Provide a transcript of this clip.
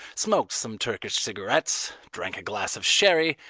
smoked some turkish cigarettes, drank a glass of sherry,